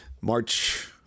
March